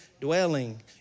dwelling